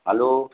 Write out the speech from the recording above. hello